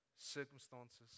circumstances